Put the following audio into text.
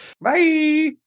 Bye